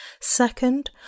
Second